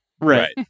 Right